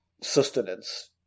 sustenance